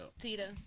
Tita